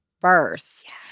first